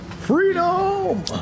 Freedom